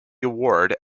award